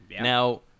Now